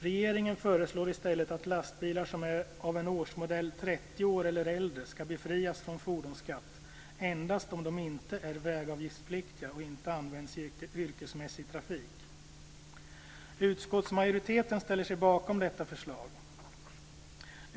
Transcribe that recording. Regeringen föreslår i stället att lastbilar som är av en årsmodell som är 30 år eller äldre ska befrias från fordonsskatt endast om de inte är vägavgiftspliktiga och inte används i yrkesmässig trafik. Utskottsmajoriteten ställer sig bakom detta förslag.